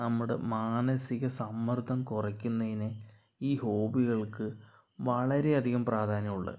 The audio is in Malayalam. നമ്മടെ മാനസ്സിക സമ്മർദ്ദം കുറയ്ക്കുന്നതിന് ഈ ഹോബികൾക്ക് വളരെ അധികം പ്രാധാന്യമുള്ള